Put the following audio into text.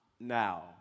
now